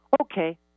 Okay